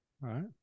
right